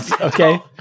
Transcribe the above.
Okay